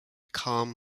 calm